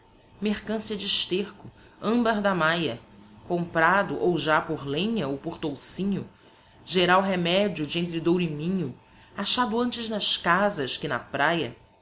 mercancia de esterco ambar da maya comprado ou já por lenha ou por toucinho geral remedio de entre douro e minho achado antes nas casas que na praia